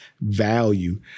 value